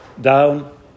down